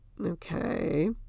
Okay